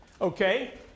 Okay